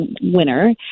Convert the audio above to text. winner